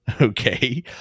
Okay